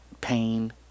pain